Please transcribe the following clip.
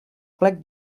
plec